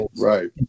right